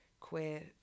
queer